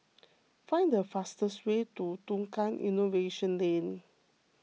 find the fastest way to Tukang Innovation Lane